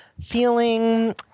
feeling